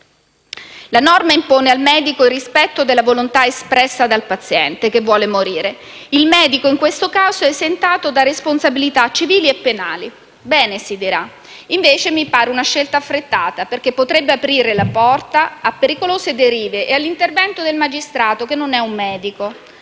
La norma impone al medico il rispetto delle volontà espresse dal paziente che vuole morire. Il medico in questo caso è esentato da responsabilità civili e penali. Bene, si dirà. Invece mi pare una scelta affrettata, perché potrebbe aprire la porta a pericolose derive e all'intervento del magistrato, che non è un medico.